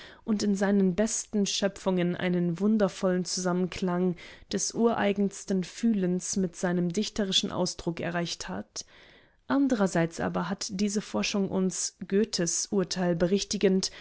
und in seinen besten schöpfungen einen wundervollen zusammenklang des ureigensten fühlens mit seinem dichterischen ausdruck erreicht hat anderseits aber hat diese forschung uns goethes urteil berichtigend